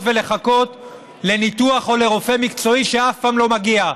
ולחכות לניתוח או לרופא מקצועי שאף פעם לא מגיע.